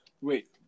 wait